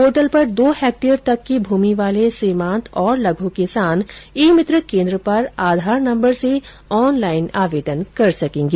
portal पर दो hectare तक की भूमि वाले सीमांत और लघु किसान ई मित्र केन्द्र पर आधार नंबर से ऑनलाइन आवेदन कर सकेंगे